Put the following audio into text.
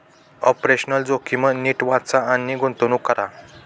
operational जोखीम नीट वाचा आणि गुंतवणूक करा